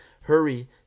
hurry